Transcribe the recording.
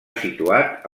situat